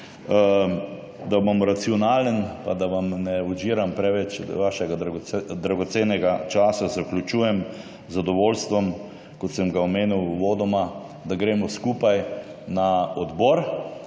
Da bom racionalen pa da vam ne odžiram preveč vašega dragocenega časa, zaključujem z zadovoljstvom, kot sem ga omenil uvodoma, da gremo skupaj na odbor